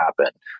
happen